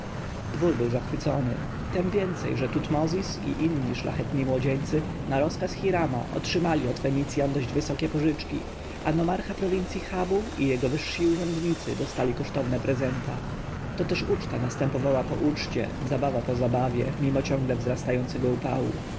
dwór był zachwycony tem bardziej że tutmozis i inni szlachetni młodzieńcy na rozkaz hirama otrzymali od fenicjan dość wysokie pożyczki a nomarcha prowincji habu i jego wyżsi urzędnicy dostali kosztowne prezenta to też uczta następowała po uczcie zabawa po zabawie mimo ciągle wzrastającego upału